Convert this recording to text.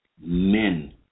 men